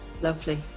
lovely